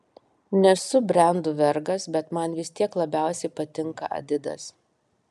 nesu brendų vergas bet man vis tiek labiausiai patinka adidas